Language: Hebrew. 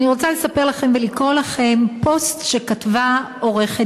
אני רוצה לספר לכם ולקרוא לכם פוסט שכתבה עורכת-דין.